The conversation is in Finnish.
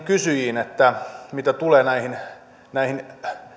kysyjiin mitä tulee näihin näihin